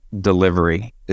delivery